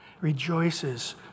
rejoices